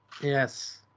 Yes